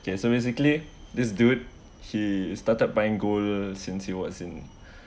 okay so basically this dude he started buying gold since he was in